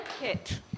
Kit